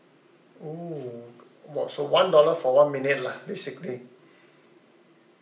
oh !wah! so one dollar for one minute lah basically